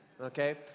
Okay